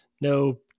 no